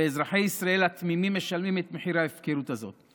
ואזרחי ישראל התמימים משלמים את מחיר ההפקרות הזאת.